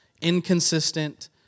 inconsistent